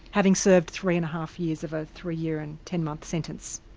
having served three and a half years of a three year and ten month sentence.